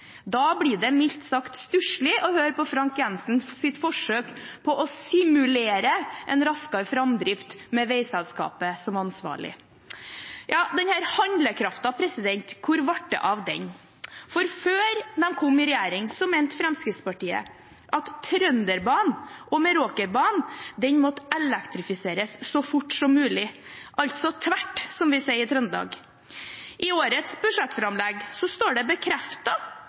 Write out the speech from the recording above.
Da blir det mildt sagt stusslig å høre på Frank Jenssens forsøk på å simulere en raskere framdrift med veiselskapet som ansvarlig. Denne handlekraften – hvor ble det av den? Før de kom i regjering, mente Fremskrittspartiet at Trønderbanen og Meråkerbanen måtte elektrifiseres så fort som mulig, altså tvert, som vi sier i Trøndelag. I årets budsjettframlegg står det